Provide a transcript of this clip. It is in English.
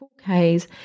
4Ks